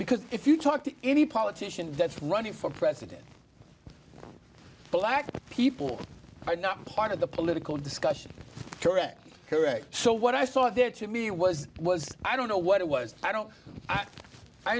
because if you talk to any politician that's running for president black people are not part of the political discussion correct correct so what i saw there to me was was i don't know what it was i don't